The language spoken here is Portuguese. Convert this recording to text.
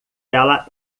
ela